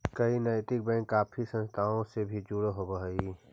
कई नैतिक बैंक काफी संस्थाओं से भी जुड़े होवअ हई